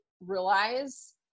realize